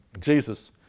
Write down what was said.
Jesus